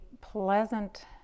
pleasant